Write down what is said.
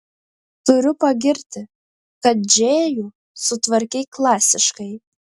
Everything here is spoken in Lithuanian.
turiu pagirti kad džėjų sutvarkei klasiškai